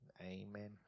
Amen